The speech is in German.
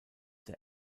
der